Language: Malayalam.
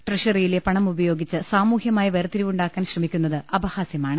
ട്രഷറിയിലെ പണമുപയോഗിച്ച് സാമൂഹ്യമായ വേർതിരിവുണ്ടാക്കാൻ ശ്രമിക്കുന്നത് അപഹാസ്യമാണ്